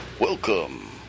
Welcome